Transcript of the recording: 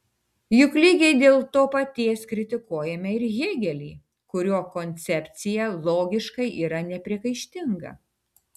juk lygiai dėl to paties kritikuojame ir hėgelį kurio koncepcija logiškai yra nepriekaištinga